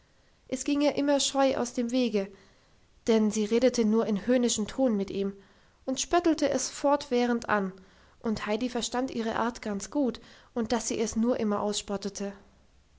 es ging ihr immer scheu aus dem wege denn sie redete nur in höhnischem ton mit ihm und spöttelte es fortwährend an und heidi verstand ihre art ganz gut und dass sie es nur immer